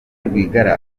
rwigara